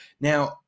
Now